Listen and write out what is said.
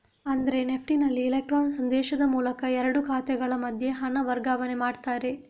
ಅಂದ್ರೆ ನೆಫ್ಟಿನಲ್ಲಿ ಇಲೆಕ್ಟ್ರಾನ್ ಸಂದೇಶದ ಮೂಲಕ ಎರಡು ಖಾತೆಗಳ ಮಧ್ಯೆ ಹಣ ವರ್ಗಾವಣೆ ಮಾಡ್ತಾರೆ